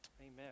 Amen